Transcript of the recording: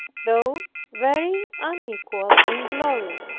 though very unequal in glory!